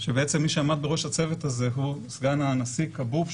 שבעצם מי שעמד בראש הצוות הזה הוא סגן הנשיא כבוב,